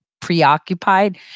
preoccupied